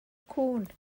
cŵn